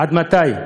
עד מתי?